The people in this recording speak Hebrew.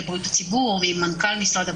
בריאות הציבור עם מנכ"ל משרד הבריאות.